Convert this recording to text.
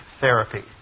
therapy